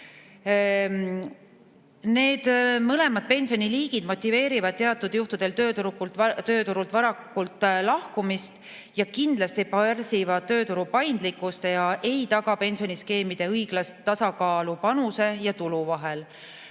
Need mõlemad pensioniliigid motiveerivad teatud juhtudel tööturult varakult lahkumist, kindlasti pärsivad tööturu paindlikkust ja ei taga pensioniskeemide õiglast tasakaalu panuse ja tulu vahel.